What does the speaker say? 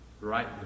right